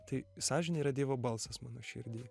tai sąžinė yra dievo balsas mano širdy